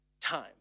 time